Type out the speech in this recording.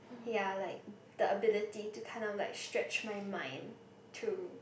ya like the ability to kind of like stretch my mind to